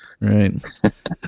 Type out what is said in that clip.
Right